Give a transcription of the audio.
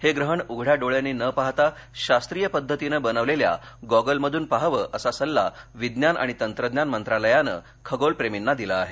हे ग्रहण उघड्या डोळ्यांनी न पाहता शास्त्रीय पद्धतीने बनवलेल्या गॉगलमधून पहावं असा सल्ला विज्ञान आणि तंत्रज्ञान मंत्रालयानं खगोल प्रेमींना दिला आहे